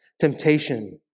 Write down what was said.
temptation